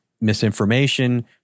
misinformation